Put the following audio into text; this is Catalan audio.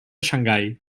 xangai